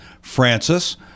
francis